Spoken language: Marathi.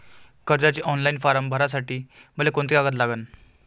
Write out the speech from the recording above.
कर्जाचे ऑनलाईन फारम भरासाठी मले कोंते कागद लागन?